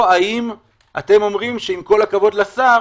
או האם אתם אומרים שעם כל הכבוד לשר,